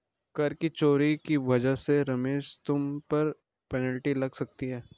कर की चोरी की वजह से रमेश तुम पर पेनल्टी लग सकती है